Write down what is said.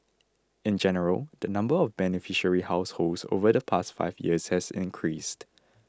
in general the number of beneficiary households over the past five years has increased